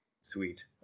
Sweet